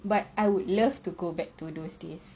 but I would love to go back to those days